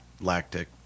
lactic